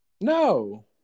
No